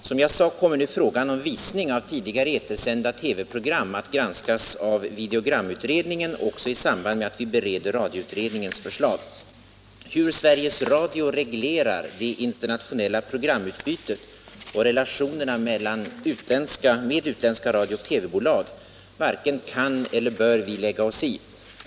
Som jag sade kommer frågan om visning av tidigare etersända TV program att prövas av videogramutredningen och även i samband med att vi bereder radioutredningens förslag. Hur Sveriges Radio reglerar det internationella programutbytet och relationerna med utländska radiooch TV-bolag varken kan eller bör vi lägga oss i.